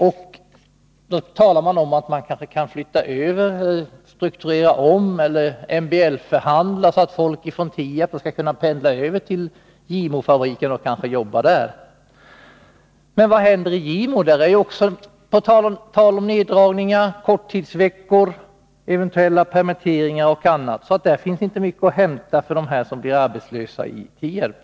Man talar om att man kanske kan flytta över, strukturera om eller MBL-förhandla, så att folk från Tierp skall kunna pendla över till Gimo-fabriken och arbeta där. Men vad händer i Gimo? Där är det också tal om neddragningar, korttidsveckor, eventuella permitteringar och annat, så där finns det inte mycket att hämta för dem som blir arbetslösa i Tierp.